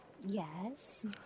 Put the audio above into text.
Yes